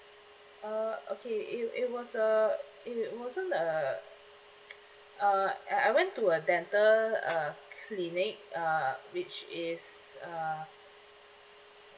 uh okay it it was uh i~ it wasn't a uh uh I went to a dental uh clinic uh which is uh